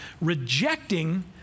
rejecting